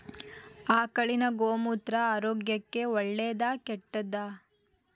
ಆಕಳಿನ ಗೋಮೂತ್ರ ಆರೋಗ್ಯಕ್ಕ ಒಳ್ಳೆದಾ ಕೆಟ್ಟದಾ?